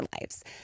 lives